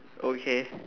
okay